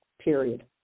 period